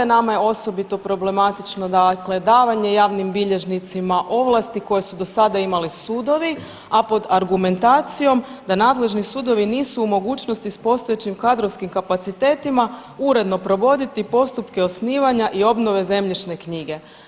Nama je osobito problematično, dakle davanje javnim bilježnicima ovlasti koje su do sada imali sudovi, a pod argumentacijom da nadležni sudovi nisu u mogućnosti s postojećim kadrovskim kapacitetima uredno provoditi postupke osnivanja i obnove zemljišne knjige.